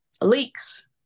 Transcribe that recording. leaks